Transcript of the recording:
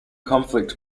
conflict